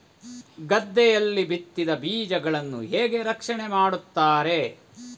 ಗದ್ದೆಯಲ್ಲಿ ಬಿತ್ತಿದ ಬೀಜಗಳನ್ನು ಹೇಗೆ ರಕ್ಷಣೆ ಮಾಡುತ್ತಾರೆ?